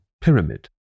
pyramid